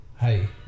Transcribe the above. hey